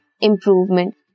improvement